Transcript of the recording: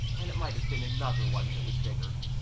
and it might have been another one that was bigger.